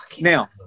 Now